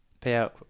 payout